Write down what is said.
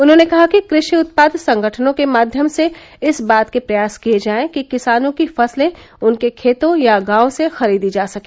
उन्होंने कहा कि कृषक उत्पाद संगठनों के माध्यम से इस बात के प्रयास किए जाए कि किसानो की फसले उनके खेतो या गांव से खरीदी जा सके